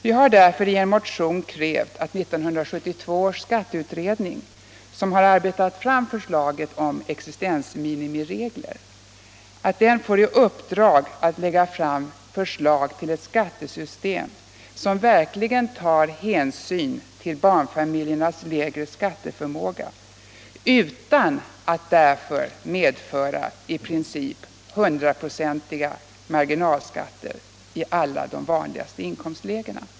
Vi har därför i en motion krävt att 1972 års skatteutredning, som arbetat fram förslaget om existensminimiregler, får i uppdrag att lägga fram förslag till ett skattesystem som verkligen tar hänsyn till barnfamiljernas lägre skatteförmåga utan att därför leda till hundraprocentiga marginalskatter i alla de vanliga inkomstlägena.